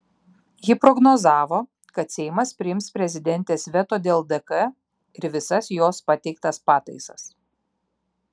ji prognozavo kad seimas priims prezidentės veto dėl dk ir visas jos pateiktas pataisas